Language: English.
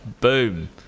boom